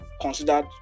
considered